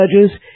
judges